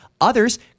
Others